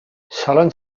solen